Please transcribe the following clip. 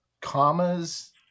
commas